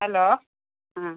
hello ആ